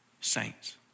Saints